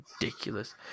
ridiculous